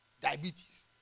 diabetes